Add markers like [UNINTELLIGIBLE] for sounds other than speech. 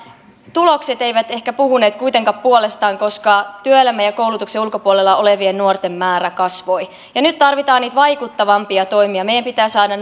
tulokset eivät ehkä puhuneet kuitenkaan puolestaan koska työelämän ja koulutuksen ulkopuolella olevien nuorten määrä kasvoi nyt tarvitaan niitä vaikuttavampia toimia meidän pitää saada [UNINTELLIGIBLE]